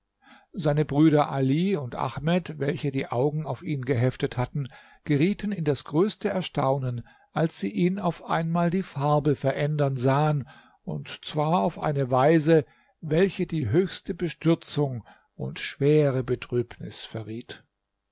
seine brüder ali und ahmed welche die augen auf ihn geheftet hatten gerieten in das größte erstaunen als sie ihn auf einmal die farbe verändern sahen und zwar auf eine weise welche die höchste bestürzung und schwere betrübnis verriet